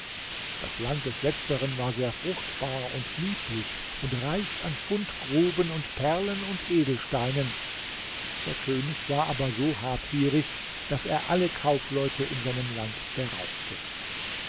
das land des letzteren war sehr fruchtbar und lieblich und reich an fundgruben und perlen und edelsteinen der könig war aber so habgierig daß er alle kaufleute in seinem land beraubte